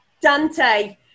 Dante